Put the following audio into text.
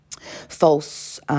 false